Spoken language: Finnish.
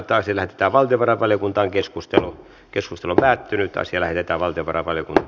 puhemiesneuvosto ehdottaa että asia lähetetään valtiovarainvaliokuntaan